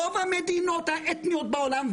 רוב המדינות האתניות בעולם,